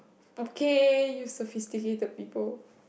okay you sophisticated people